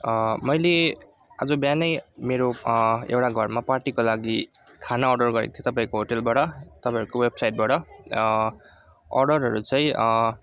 मैले आज बिहान नै मेरो एउटा घरमा पार्टीको लागि खाना अर्डर गरेको थिएँ तपाईँको होटेलबाट तपाईँहरूको वेबसाइटबाट अर्डरहरू चाहिँ